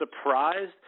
surprised